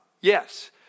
Yes